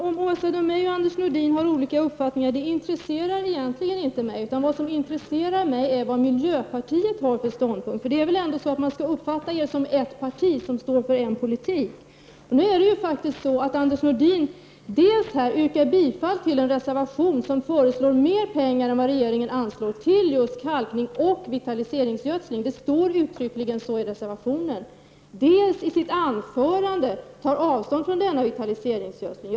Fru talman! Om Åsa Domeij och Anders Nordin har olika uppfattning intresserar egentligen inte mig. Vad som intresserar mig är vilken ståndpunkt miljöpartiet har. Det är väl ändå så att man skall uppfatta er som ett parti som står för en politik? Nu är det faktiskt så att Anders Nordin dels yrkar bifall till en reservation, som föreslår mer pengar än vad regeringen anslår till just kalkning och vitaliseringsgödsling — det står uttryckligen så i reservationen — dels i sitt anförande tar avstånd från denna vitaliseringsgödsling.